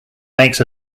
makes